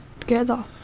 together